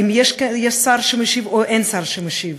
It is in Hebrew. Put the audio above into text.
האם יש שר שמשיב או אין שר שמשיב?